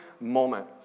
moment